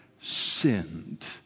sinned